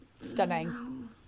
Stunning